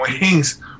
wings